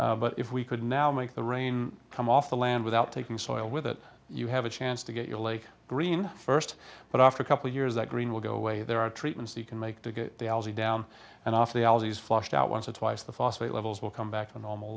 but if we could now make the rain come off the land without taking soil with it you have a chance to get your lake green first but after a couple of years that green will go away there are treatments you can make to get the algae down and off the allergies flushed out once or twice the phosphate levels will come back to normal